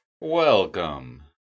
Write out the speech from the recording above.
Welcome